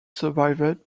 survived